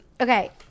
Okay